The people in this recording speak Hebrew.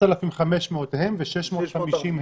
3,500 הם ו-650 הם.